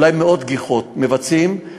אולי מאות גיחות מבצעים,